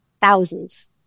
thousands